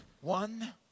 one